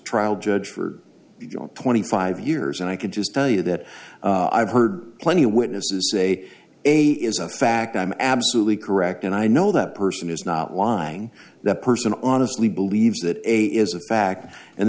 trial judge for twenty five years and i could just tell you that i've heard plenty of witnesses say a is a fact i'm absolutely correct and i know that person is not lying the person on a silly believes that a is a fact and